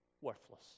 Worthless